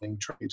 trade